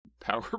power